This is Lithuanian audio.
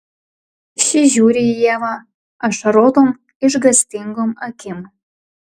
ši žiūri į ievą ašarotom išgąstingom akim